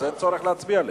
אז אין צורך להצביע עליהן.